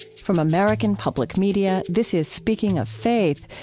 from american public media, this is speaking of faith,